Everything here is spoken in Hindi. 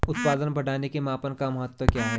उत्पादन बढ़ाने के मापन का महत्व क्या है?